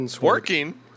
Working